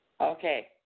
Okay